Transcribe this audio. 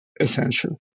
essential